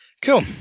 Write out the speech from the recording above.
Cool